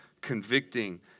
convicting